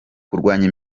kurwanya